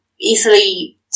easily